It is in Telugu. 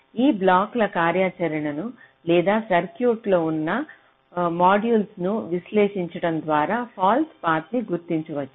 ఈ బ్లాకుల కార్యాచరణను లేదా సర్క్యూట్లో ఉన్న మాడ్యూళ్ళను విశ్లేషించడం ద్వారా ఫాల్స్ పాత్ ని గుర్తించవచ్చు